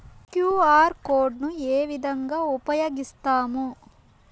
QR code ను ఏ విధంగా ఉపయగిస్తాము?